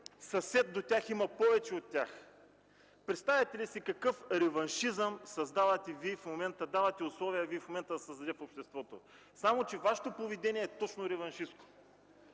съсед до тях има повече от тях. Представяте ли си какъв реваншизъм създавате!? И Вие в момента създавате условия това да се създаде в обществото! Вашето поведение е точно реваншистко!